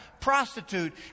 prostitute